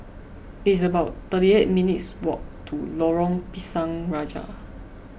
it's about thirty eight minutes' walk to Lorong Pisang Raja